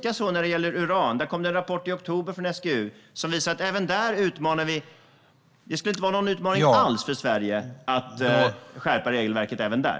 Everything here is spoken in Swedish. Likaså när det gäller uran kom det en rapport i oktober från SGU som visar att det inte skulle vara någon utmaning alls för Sverige att skärpa regelverket även där.